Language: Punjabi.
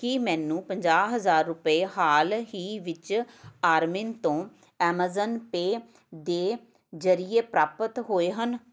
ਕੀ ਮੈਨੂੰ ਪੰਜਾਹ ਹਜ਼ਾਰ ਰੁਪਏ ਹਾਲ ਹੀ ਵਿੱਚ ਆਰਮਿਨ ਤੋਂ ਐਮਾਜ਼ਨ ਪੇ ਦੇ ਜਰੀਏ ਪ੍ਰਾਪਤ ਹੋਏ ਹਨ